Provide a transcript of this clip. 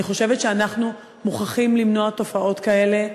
אני חושבת שאנחנו מוכרחים למנוע תופעות כאלה,